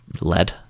lead